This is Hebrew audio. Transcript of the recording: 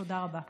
תודה רבה.